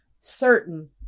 certain